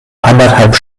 anderthalb